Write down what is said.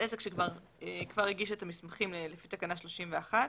עסק שכבר הגיש את המסמכים לפי תקנה 31,